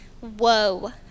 Whoa